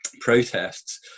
protests